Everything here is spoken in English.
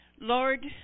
Lord